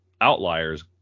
outliers